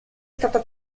stata